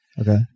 Okay